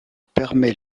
permet